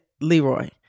Leroy